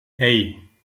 hey